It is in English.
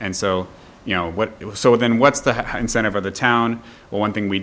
and so you know what it was so then what's the how incentive or the town well one thing we